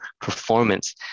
performance